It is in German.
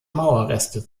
mauerreste